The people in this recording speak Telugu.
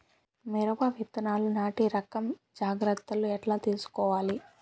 మిరప విత్తనాలు నాటి రకం జాగ్రత్తలు ఎట్లా తీసుకోవాలి?